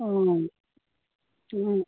অঁ অঁ